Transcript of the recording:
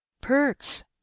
perks